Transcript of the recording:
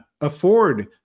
afford